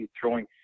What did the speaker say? throwing